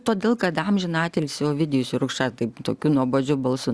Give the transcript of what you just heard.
todėl kad amžiną atilsį ovidijus jurkša taip tokiu nuobodžiu balsu